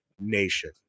Nation